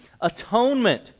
atonement